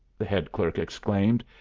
the head clerk exclaimed.